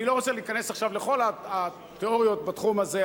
אני לא רוצה להיכנס עכשיו לכל התיאוריות בתחום הזה,